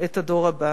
את הדור הבא.